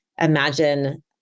imagine